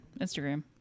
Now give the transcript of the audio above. Instagram